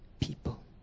people